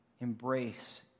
embrace